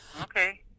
Okay